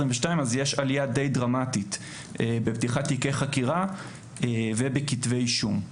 יש עלייה די דרמטית בפתיחת תיקי חקירה ובכתבי אישום.